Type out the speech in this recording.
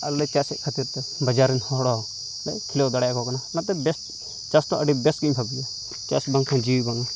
ᱟᱨᱞᱮ ᱪᱟᱥᱮᱫ ᱠᱷᱟᱹᱛᱤᱨᱛᱮ ᱵᱟᱡᱟᱨ ᱨᱮᱱ ᱦᱚᱲᱦᱚᱸᱞᱮ ᱠᱷᱤᱞᱟᱹᱣ ᱫᱟᱲᱮᱭᱟᱠᱚ ᱠᱟᱱᱟ ᱚᱱᱟᱛᱮ ᱵᱮᱥ ᱪᱟᱥᱫᱚ ᱟᱹᱰᱤ ᱵᱮᱥᱜᱮᱧ ᱵᱷᱟᱹᱵᱤᱭᱟ ᱪᱟᱥ ᱵᱟᱝᱠᱷᱟᱱ ᱡᱤᱣᱤ ᱵᱟᱝ